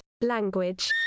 language